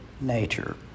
nature